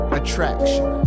attraction